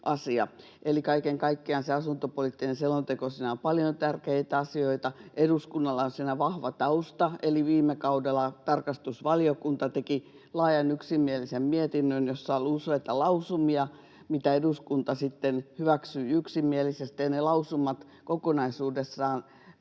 kaiken kaikkiaan asuntopoliittisessa selonteossa on paljon tärkeitä asioita. Eduskunnalla on siinä vahva tausta, eli viime kaudella tarkastusvaliokunta teki laajan yksimielisen mietinnön, jossa oli useita lausumia, jotka eduskunta sitten hyväksyi yksimielisesti. Ne lausumat kokonaisuudessaan